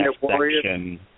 section